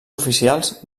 oficials